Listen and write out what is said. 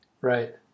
Right